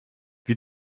wie